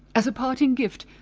as a parting gift,